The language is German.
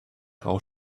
rau